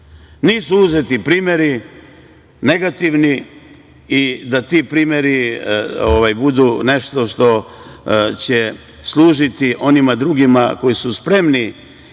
nisu uzeti primeri negativni i da ti primeri budu nešto što će služiti onima drugima, koji su spremni